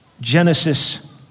Genesis